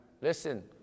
Listen